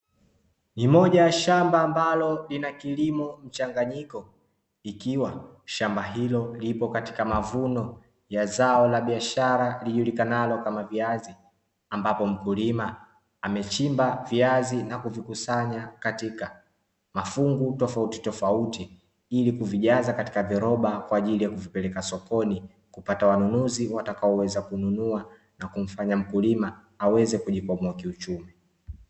Ni moja ya shamba ambalo lina kilimo mchanganyiko, ikiwa shamba hilo lipo katika mavuno ya zao la biashara lilijulikanalo kama viazi. Ambapo mkulima amechimba viazi na kuvikusanya katika mafungu tofautitofauti ili kuvijaza katika viroba kwa ajili ya kupeleka sokoni kupata wanunuzi watakaoweza kununua na kumfanya mkulima aweze kujikomboa kiuchumi.